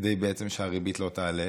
כדי שהריבית לא תעלה